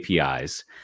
APIs